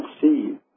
see